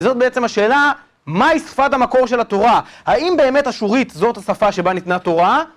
זאת בעצם השאלה, מהי שפת המקור של התורה? האם באמת אשורית זאת השפה שבה ניתנה תורה?